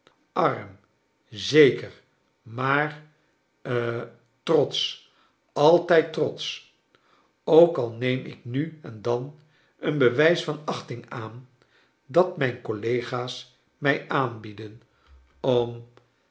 arm zeker maar ha trotsch altijd trotsch ook al neem ik nu en dan een be wij s van achting aan dat mij n c ollega'smij aanbieden